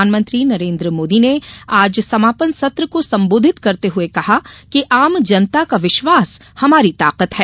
प्रधानमंत्री नरेन्द्र मोदी आज समापन सत्र को संबोधित करते हुए कहा कि आम जनता का विश्वास हमारी ताकत है